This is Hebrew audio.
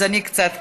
אז אני קצת,